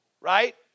right